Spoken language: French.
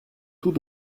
tout